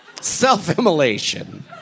Self-immolation